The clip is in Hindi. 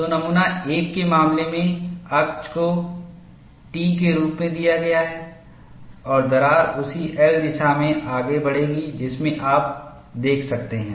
तो नमूना 1 के मामले में अक्ष को T के रूप में दिया गया है और दरार उसी L दिशा में आगे बढ़ेगी जिसमें आप देख सकते हैं